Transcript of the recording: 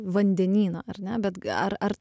vandenyną ar ne bet ar ar